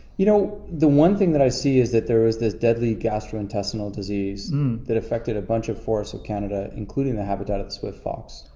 you know, the one thing that i see is that there is this deadly gastrointestinal disease that affected a bunch of forests of canada, including the habitat of the swift fox.